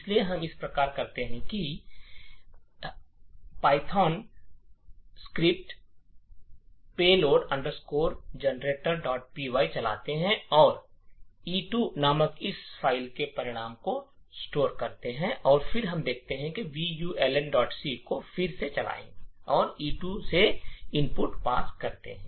इसलिए हम इस प्रकार करते हैं इसलिए हम पायथन payload generatorpy चलाते हैं और ई 2 नामक इस फ़ाइल में परिणाम को स्टोर करते हैं और फिर हम vulnc को फिर से चलाते हैं और e2 से इनपुट पास करते हैं